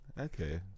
okay